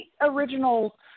original